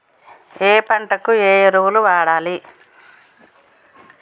ఏయే పంటకు ఏ ఎరువులు వాడాలి?